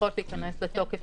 שצריכות להיכנס לתוקף